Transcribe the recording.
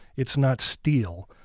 it's not steel.